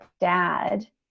dad